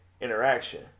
interaction